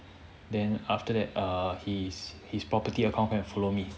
then after that err his his property account go and follow me